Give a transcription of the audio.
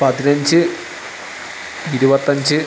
പതിനഞ്ച് ഇരുപത്തഞ്ച്